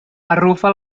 arrufa